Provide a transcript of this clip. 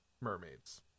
mermaids